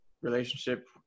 relationship